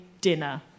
dinner